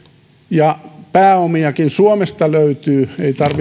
ja pääomiakin suomesta löytyy ei tarvitse edes ulkomaille lähteä näitten